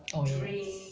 oh yes